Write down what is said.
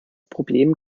problem